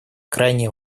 крайне